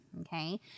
okay